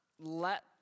let